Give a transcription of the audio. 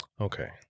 Okay